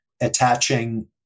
attaching